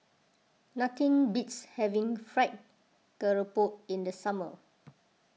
nothing beats having Fried Garoupa in the summer